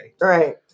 Right